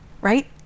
Right